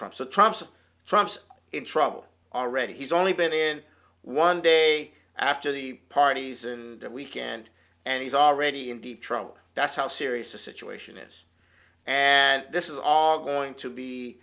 from so tribes trumps in trouble already he's only been in one day after the parties and weekend and he's already in deep trouble that's how serious the situation is and this is all going to be